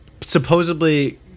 supposedly